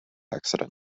accident